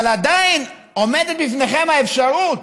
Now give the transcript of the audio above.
אבל עדיין עומדת בפניכם האפשרות